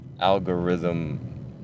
algorithm